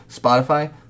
Spotify